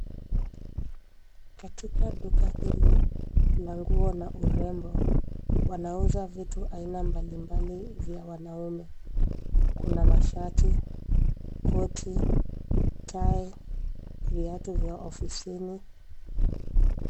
Katika duka hili la nguo na urembo wana uza vitu aina mbalimbali vya wanaume, kuna mashati, koti, tai, viatu vya ofisini.